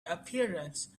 appearance